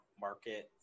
market